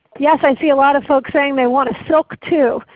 yes, i see a lot of folks saying they want a silk two,